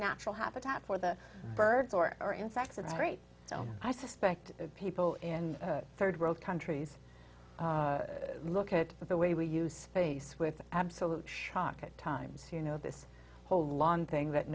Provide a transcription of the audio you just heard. natural habitat for the birds or are in fact right so i suspect people in third world countries look at the way we use space with absolute shock at times you know this whole long thing that